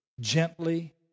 gently